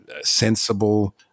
sensible